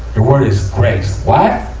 your word is grace. what!